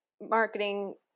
marketing